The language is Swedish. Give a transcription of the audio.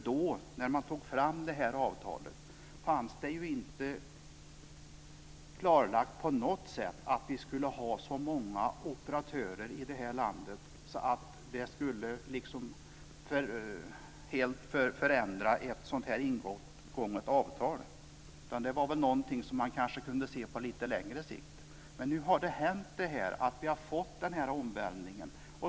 Då, när man arbetade fram det här avtalet, fanns det inte på något sätt klarlagt att vi skulle få så många operatörer i landet att det helt skulle kunna förändra ett ingånget avtal av det här slaget. Det var något som man kanske kunde se på lite längre sikt. Men nu har det hänt, och vi har fått den här omvälvningen.